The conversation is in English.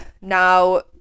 now